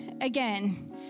again